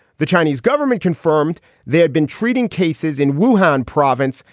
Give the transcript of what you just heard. the chinese government confirmed they had been treating cases in wunan province.